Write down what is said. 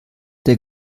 der